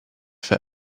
for